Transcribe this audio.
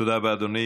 תודה רבה, אדוני.